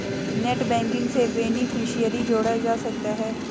net banking से beneficiary जोड़ा जा सकता है